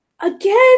again